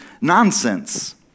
nonsense